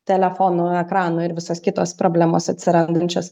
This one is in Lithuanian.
telefonų ekranai ir visos kitos problemos atsirandančios